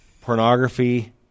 pornography